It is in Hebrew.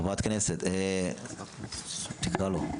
לא,